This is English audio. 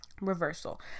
reversal